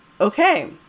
okay